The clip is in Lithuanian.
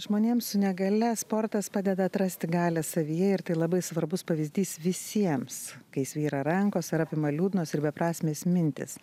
žmonėms su negalia sportas padeda atrasti galią savyje ir tai labai svarbus pavyzdys visiems kai svyra rankos ar apima liūdnos ir beprasmės mintys